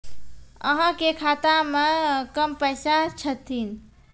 अहाँ के खाता मे कम पैसा छथिन?